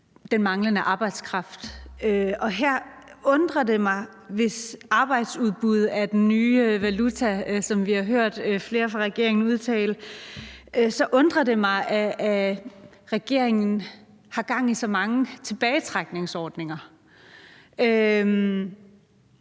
den manglende arbejdskraft, og her undrer det mig, hvis arbejdsudbud er den nye valuta, som vi har hørt flere fra regeringen udtale, at regeringen har gang i så mange tilbagetrækningsordninger. Altså,